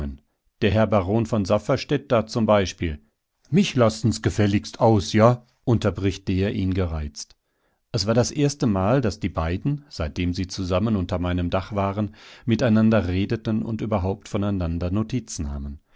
der herr baron von safferstätt da zum beispiel mich lassen's gefälligst aus ja unterbricht der ihn gereizt es war das erstemal daß die beiden seitdem sie zusammen unter meinem dach waren miteinander redeten und überhaupt voneinander notiz nahmen